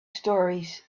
stories